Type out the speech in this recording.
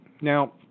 Now